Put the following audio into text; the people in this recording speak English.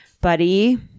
Buddy